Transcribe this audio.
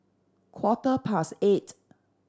quarter past eight